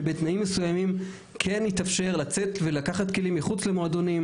שבתנאים מסוימים כן יתאפשר לצאת ולקחת כלים מחוץ למועדונים,